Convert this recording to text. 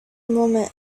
moment